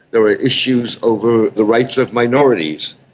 there are issues over the rights of minorities.